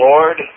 Lord